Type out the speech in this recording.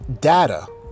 data